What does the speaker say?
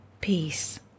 peace